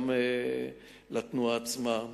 גם לתנועה עצמה,